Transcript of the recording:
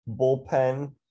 bullpen